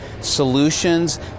solutions